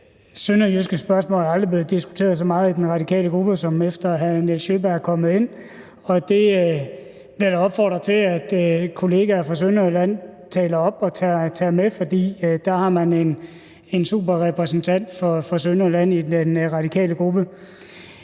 sønderjyske spørgsmål aldrig er blevet diskuteret så meget i den radikale gruppe, som efter hr. Nils Sjøberg er kommet ind, og det vil jeg da opfordre til at kollegaer fra Sønderjylland taler op og tager med, for der har man en super repræsentant for Sønderjylland i den radikale gruppe.